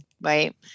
right